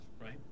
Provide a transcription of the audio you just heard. right